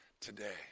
today